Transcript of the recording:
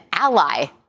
ally